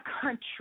country